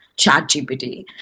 ChatGPT